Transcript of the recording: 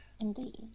Indeed